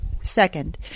Second